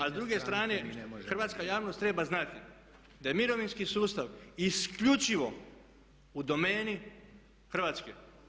A s druge strane hrvatska javnost treba znati da je mirovinski sustav isključivo u domeni Hrvatske.